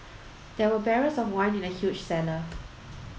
there were barrels of wine in the huge cellar